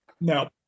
No